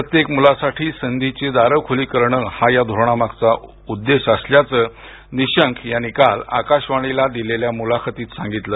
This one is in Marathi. प्रत्येक मुलासाठी संधीची दारं खुली करणं हा या धोरणामागचा उद्देश असल्याचं निशंक यांनी काल आकाशवाणीला दिलेल्या खास मुलाखतीत सांगितलं